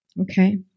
okay